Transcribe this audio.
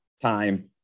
time